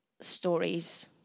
stories